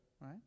right